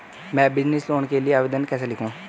मैं business loan के लिए आवेदन कैसे लिखूँ?